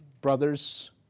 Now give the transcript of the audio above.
brothers